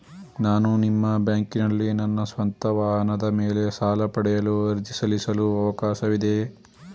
ನಾನು ನಿಮ್ಮ ಬ್ಯಾಂಕಿನಲ್ಲಿ ನನ್ನ ಸ್ವಂತ ವಾಹನದ ಮೇಲೆ ಸಾಲ ಪಡೆಯಲು ಅರ್ಜಿ ಸಲ್ಲಿಸಲು ಅವಕಾಶವಿದೆಯೇ?